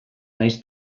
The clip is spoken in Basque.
naiz